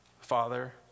Father